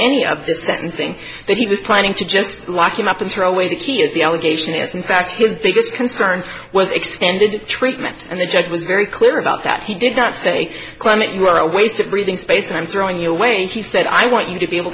any of this sentencing that he was planning to just lock him up and throw away the key is the allegation is in fact his biggest concern was extended treatment and the judge was very clear about that he did not say climate you are a waste of breathing space i'm throwing you away he said i want you to be able